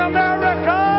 America